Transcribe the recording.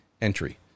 entry